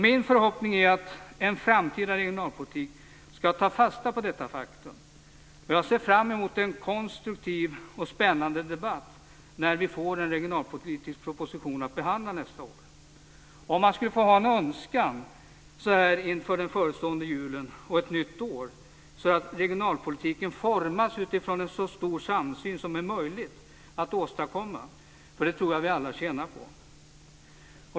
Min förhoppning är att en framtida regionalpolitik ska ta fasta på detta faktum, och jag ser fram emot en konstruktiv och spännande debatt när vi får en regionalpolitisk proposition att behandla nästa år. Om man får ha en önskan så här inför den förestående julen och ett nytt år, är det att regionalpolitiken ska formas utifrån en så stor samsyn som är möjlig att åstadkomma. Det tror jag att vi alla tjänar på.